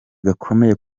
gakomeye